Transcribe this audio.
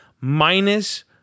minus